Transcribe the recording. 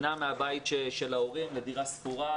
הוא נע מהבית של ההורים לדירה שכורה,